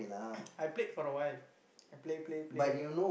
I played for a while I play play play